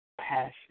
Passion